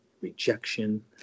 rejection